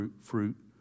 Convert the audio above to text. fruit